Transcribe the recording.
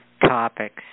topics